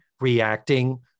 reacting